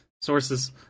Sources